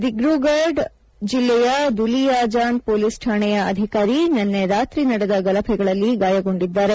ದಿಬ್ರೂಗಡ್ ಜಿಲ್ಲೆಯ ದುಲಿಯಾಜಾನ್ ಪೊಲೀಸ್ ಠಾಣೆಯ ಅಧಿಕಾರಿ ನಿನ್ನೆ ರಾತ್ರಿ ನಡೆದ ಗಲಭೆಗಳಲ್ಲಿ ಗಾಯಗೊಂಡಿದ್ದಾರೆ